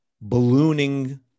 ballooning